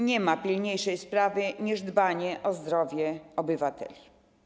Nie ma pilniejszej sprawy niż dbanie o zdrowie obywateli.